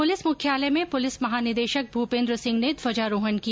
police मुख्यालय में police महानिदेशक भूपेन्द्र सिंह ने ध्वजा रोहण किया